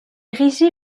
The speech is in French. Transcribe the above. régit